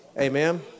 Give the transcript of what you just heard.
Amen